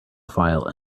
file